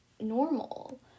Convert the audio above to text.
normal